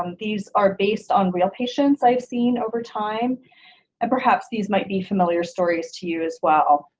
um these are based on real patients i've seen over time and perhaps these might be familiar stories to you as well.